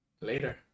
Later